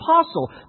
apostle